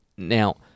Now